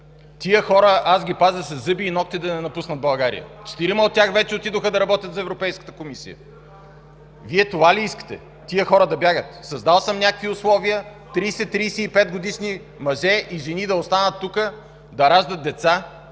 Тези хора аз ги пазя със зъби и нокти да не напуснат България. Четирима от тях вече отидоха да работят за Европейската комисия. Вие това ли искате? Тези хора да бягат? Създал съм някакви условия 30-35-годишни мъже и жени да останат тук, да раждат деца